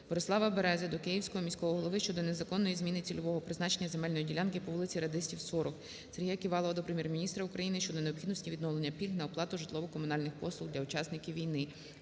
Борислава Берези до Київського міського голови щодо незаконної зміни цільового призначення земельної ділянки по вулиці Радистів, 40. Сергія Ківалова до Прем'єр-міністра України щодо необхідності відновлення пільг на оплату житлово-комунальних послуг для учасників війни.